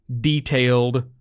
detailed